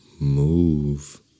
move